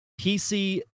PC